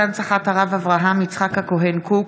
הצעת חוק להנצחת הרב אברהם יצחק הכהן קוק